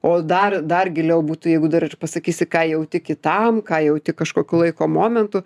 o dar dar giliau būtų jeigu dar ir pasakysi ką jauti kitam ką jauti kažkokiu laiko momentu